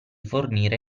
fornire